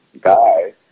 guy